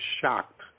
shocked